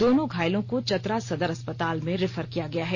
दोनों घायलों को चतरा सदर अस्पताल में रेफर किया गया है